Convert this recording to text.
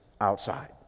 outside